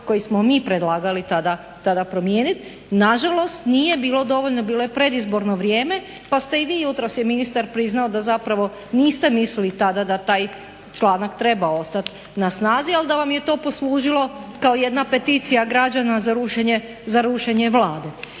koji smo mi predlagali tada promijeniti. Na žalost nije bilo dovoljno, bilo je predizborno vrijeme pa ste i vi jutros i ministar priznao da zapravo niste mislili tada da taj članak treba ostati na snazi ali da vam je to poslužilo kao jedna peticija građana za rušenje Vlade.